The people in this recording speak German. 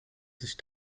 sich